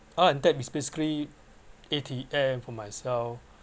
and that is basically A_T_M for myself